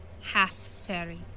Half-fairy